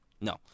no